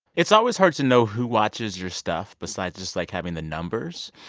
it's always hard to know who watches your stuff besides just, like, having the numbers.